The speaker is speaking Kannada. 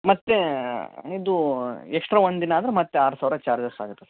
ಮತ್ತೆ ಇದು ಎಕ್ಸ್ಟ್ರಾ ಒಂದಿನ ಆದರೆ ಮತ್ತೆ ಆರು ಸಾವಿರ ಚಾರ್ಜಸ್ ಆಗುತ್ತೆ ಸರ್